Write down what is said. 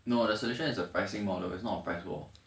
no the solution is a pricing model it's not a price war